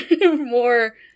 more